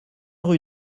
rue